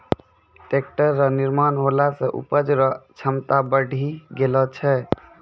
tractor रो निर्माण होला से उपज रो क्षमता बड़ी गेलो छै